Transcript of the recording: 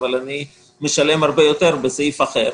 אבל אני משלם הרבה יותר בסעיף אחר.